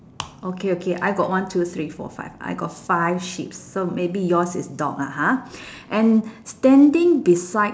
okay okay I got one two three four five I got five sheeps so maybe yours is dog lah ha and standing beside